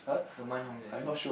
per month how many lesson